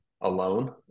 alone